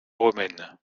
romaines